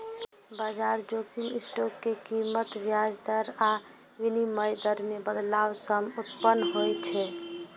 बाजार जोखिम स्टॉक के कीमत, ब्याज दर आ विनिमय दर मे बदलाव सं उत्पन्न होइ छै